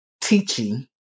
teaching